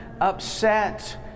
upset